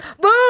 Boom